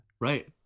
Right